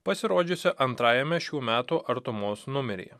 pasirodžiusi antrajame šių metų artumos numeryje